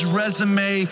resume